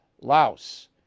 Laos